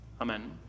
Amen